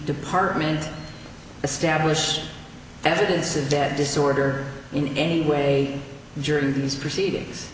department establish evidence of a dead disorder in any way during these proceedings